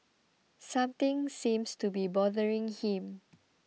something seems to be bothering him